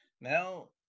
now